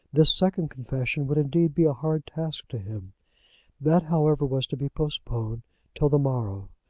this second confession would, indeed, be a hard task to him that, however, was to be postponed till the morrow.